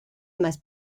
must